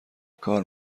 کار